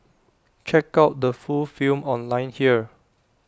check out the full film online here